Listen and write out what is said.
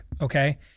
okay